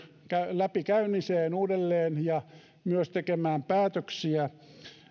läpikäymiseen uudelleen ja myös tekemään päätöksiä